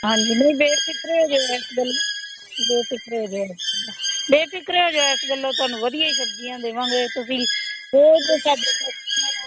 ਹਾਂਜੀ ਨਹੀਂ ਬੇਫਿਕਰੇ ਹੋ ਜਾਉ ਇਸ ਗੱਲੋਂ ਬੇਫਿਕਰੇ ਹੋ ਜਾਉ ਬੇਫਿਕਰੇ ਹੋ ਜਾਉ ਇਸ ਗੱਲੋਂ ਤੁਹਾਨੂੰ ਵਧੀਆ ਹੀ ਸਬਜ਼ੀਆਂ ਦੇਵਾਂਗੇ ਤੁਸੀਂ ਰੋਜ਼ ਦੇ ਸਾਡੇ ਕਸਟਮਰ ਆ